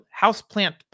Houseplant